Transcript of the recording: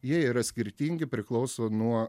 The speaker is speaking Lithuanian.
jie yra skirtingi priklauso nuo